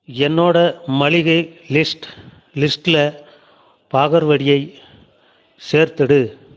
என்னோட மளிகை லிஸ்ட் லிஸ்டில் பாகர்வடியைச் சேர்த்துவிடு